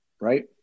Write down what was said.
right